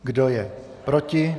Kdo je proti?